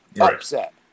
upset